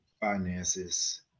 finances